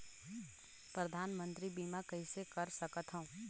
परधानमंतरी बीमा कइसे कर सकथव?